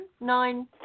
nine